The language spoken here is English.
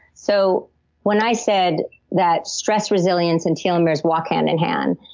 so when i said that stress resilience and telomeres walk hand in hand,